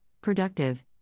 productive